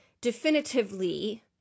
definitively